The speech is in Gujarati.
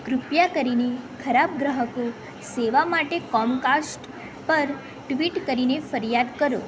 કૃપયા કરીને ખરાબ ગ્રાહક સેવા માટે કોમકાસ્ટ પર ટ્વિટ કરીને ફરિયાદ કરો